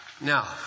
Now